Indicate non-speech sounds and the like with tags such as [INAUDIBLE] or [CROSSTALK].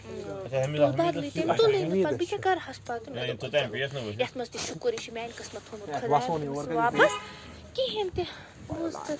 ژٕ تل بَدلٕے تٔمۍ تُلٕے نہٕ پَتہٕ بہٕ کیٛاہ کرٕ ہاس پَتہٕ [UNINTELLIGIBLE] یَتھ منٛز تہِ شکر یہِ چھُ میٛانہِ قٕسمت تھوٚمُت خۄداین [UNINTELLIGIBLE] واپس کِہینۍ تہِ بوٗزتھہٕ